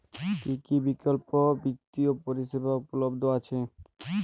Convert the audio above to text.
কী কী বিকল্প বিত্তীয় পরিষেবা উপলব্ধ আছে?